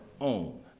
own